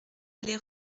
allée